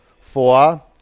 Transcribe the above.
Four